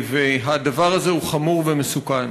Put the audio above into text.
והדבר הזה הוא חמור ומסוכן,